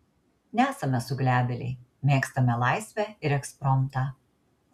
nesame suglebėliai mėgstame laisvę ir ekspromtą